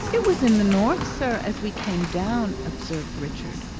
it was in the north, sir, as we came down, observed richard.